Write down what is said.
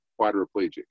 quadriplegic